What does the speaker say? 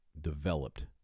developed